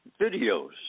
videos